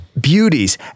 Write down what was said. beauties